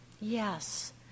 yes